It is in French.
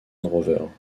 rovers